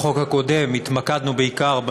בחוק הקודם התמקדנו בעיקר,